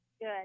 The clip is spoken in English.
Good